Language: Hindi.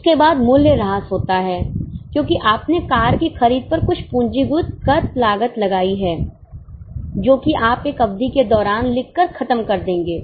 उसके बाद मूल्यहृास होता है क्योंकि आपने कार की खरीद पर कुछ पूंजीगत लागत लगाई है जो कि आप एक अवधि के दौरान लिख कर खत्म कर देंगे